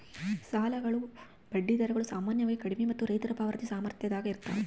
ಸಾಲಗಳ ಬಡ್ಡಿ ದರಗಳು ಸಾಮಾನ್ಯವಾಗಿ ಕಡಿಮೆ ಮತ್ತು ರೈತರ ಪಾವತಿ ಸಾಮರ್ಥ್ಯದಾಗ ಇರ್ತವ